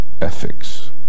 ethics